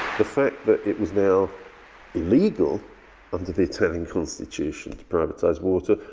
the fact that it was now illegal under the italian constitution. to privatize water,